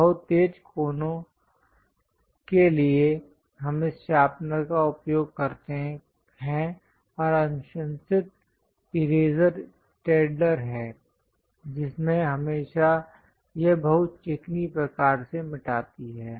बहुत तेज कोनों के लिए हम इस शार्पनर का उपयोग करते हैं और अनुशंसित इरेज़र स्टैडलर है जिसमें हमेशा यह बहुत चिकनी प्रकार से मिटाती है